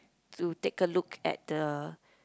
to take a look at the